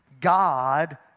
God